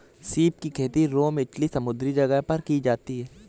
सीप की खेती रोम इटली समुंद्री जगह पर की जाती है